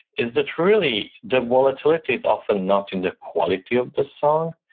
is that really the volatility is often not in the quality of the song,